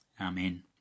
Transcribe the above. Amen